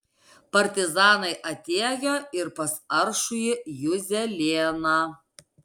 partizanai atėjo ir pas aršųjį juzelėną